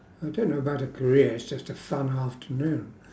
I don't know about a career it's just a fun afternoon